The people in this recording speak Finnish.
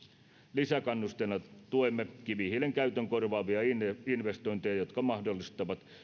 lisäkannusteena tuemme kivihiilen käytön korvaavia investointeja jotka mahdollistavat